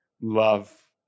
love